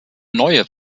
neue